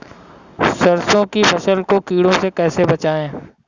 सरसों की फसल को कीड़ों से कैसे बचाएँ?